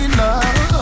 love